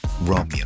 Romeo